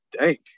dank